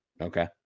Okay